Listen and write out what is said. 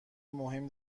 مهم